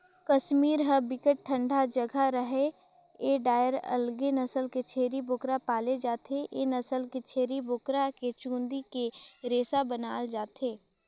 कस्मीर ह बिकट ठंडा जघा हरय ए डाहर अलगे नसल के छेरी बोकरा पाले जाथे, ए नसल के छेरी बोकरा के चूंदी के रेसा बनाल जाथे